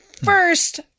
First